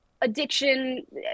addiction